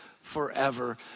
forever